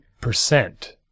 percent